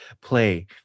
play